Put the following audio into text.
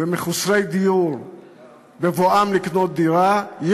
למחוסרי דיור בבואם לקנות דירה,